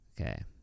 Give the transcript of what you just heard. Okay